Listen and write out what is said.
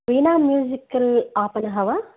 प्रेमा musical आपणं वा